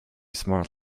smart